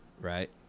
right